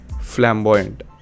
flamboyant